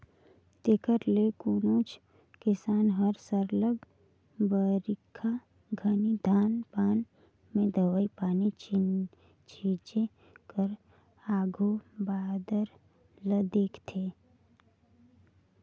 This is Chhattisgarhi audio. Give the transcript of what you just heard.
तेकर ले कोनोच किसान हर सरलग बरिखा घनी धान पान में दवई पानी छींचे कर आघु बादर ल देखथे